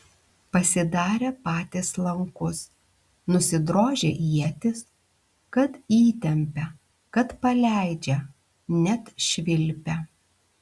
pasidarė patys lankus nusidrožė ietis kad įtempia kad paleidžia net švilpia